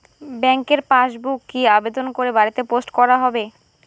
ব্যাংকের পাসবুক কি আবেদন করে বাড়িতে পোস্ট করা হবে?